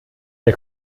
der